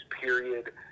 period